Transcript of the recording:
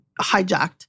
hijacked